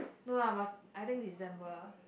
no lah but s~ I think December ah